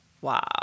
wow